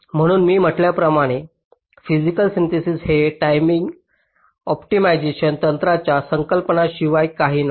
म्हणूनच मी म्हटल्या प्रमाणे फिसिकल सिन्थेसिस हे टायमिंग ऑप्टिमायझेशन तंत्राच्या संकलना शिवाय काही नाही